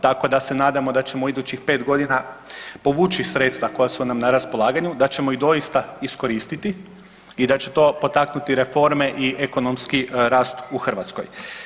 Tako da se nadamo da ćemo idućih 5 godina povući sredstava koja su nam na raspolaganju, da ćemo ih doista iskoristiti i da će to potaknuti reforme i ekonomski rast u Hrvatskoj.